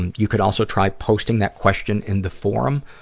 and you could also try posting that question in the forum.